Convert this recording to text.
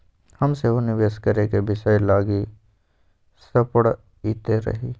हम सेहो निवेश करेके विषय लागी सपड़इते रही